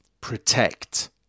protect